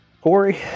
Corey